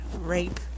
rape